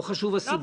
לא חשובות הסיבות.